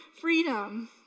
freedom